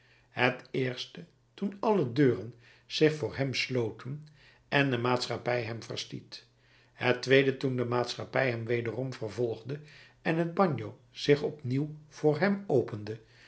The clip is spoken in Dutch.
het eerste toen alle deuren zich voor hem sloten en de maatschappij hem verstiet het tweede toen de maatschappij hem wederom vervolgde en het bagno zich opnieuw voor hem opende